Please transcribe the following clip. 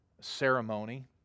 ceremony